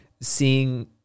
seeing